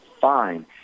fine